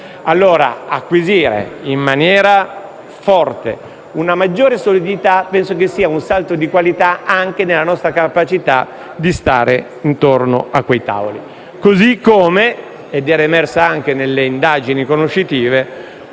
che acquisire in maniera forte una maggiore solidità sia un salto di qualità anche nella nostra capacità di stare intorno a quei tavoli. Allo stesso modo, come emerso anche nelle indagini conoscitive,